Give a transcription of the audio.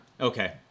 Okay